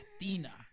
Latina